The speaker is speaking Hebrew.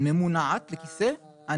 ממונעת לכיסא,